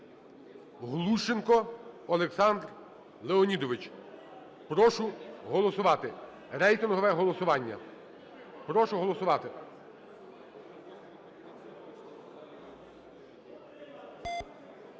Глущенко Олександр Леонідович. Прошу голосувати, рейтингове голосування, прошу голосувати.